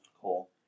Cool